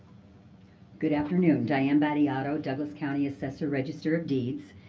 good afternoon, diane battiato, douglas county assessor register of deeds.